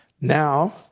Now